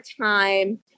time